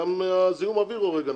גם זיהום אוויר הורג אנשים.